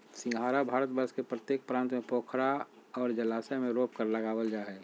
सिंघाड़ा भारतवर्ष के प्रत्येक प्रांत में पोखरा और जलाशय में रोपकर लागल जा हइ